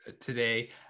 today